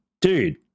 dude